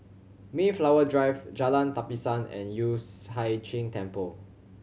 Mayflower Drive Jalan Tapisan and Yueh Hai Ching Temple